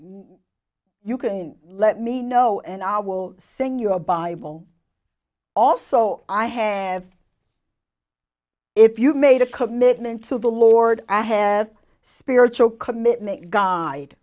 you can let me know and i will sing you a bible also i have if you made a commitment to the lord i have a spiritual commitment guide